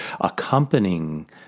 accompanying